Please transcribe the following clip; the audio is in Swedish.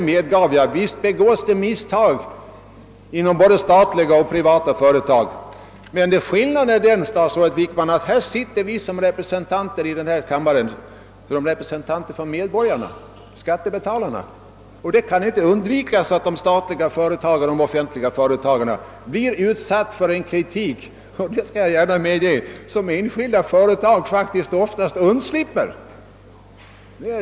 Jag medgav att det hegås misstag inom både statliga och privata företag, men skillnaden, stats rådet Wickman, är den, att vi här i kammaren sitter som representanter för medborgarna—skattebetalarna; och då kan det inte undvikas att de statliga företagen blir utsatta för en kritik — jag skall gärna medge det — som enskilda företag ofta undslipper.